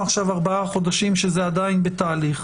עכשיו ארבעה חודשים שזה עדיין בתהליך.